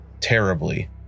terribly